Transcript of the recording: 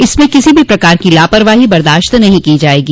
इसमें किसी भी प्रकार की लापरवाही बर्दाश्त नहीं की जायेगी